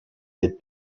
ses